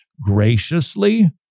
graciously